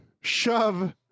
shove